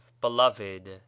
beloved